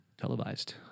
televised